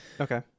Okay